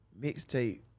mixtape